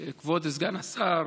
כבוד סגן השר,